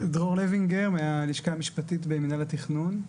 אני דרור לוינגר, מהלשכה המשפטית במינהל התכנון.